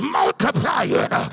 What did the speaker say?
multiplying